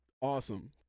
awesome